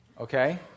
okay